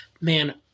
man